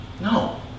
No